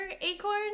Acorn